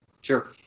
Sure